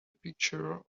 picture